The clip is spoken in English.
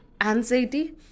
anxiety